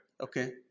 Okay